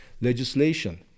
legislation